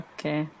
Okay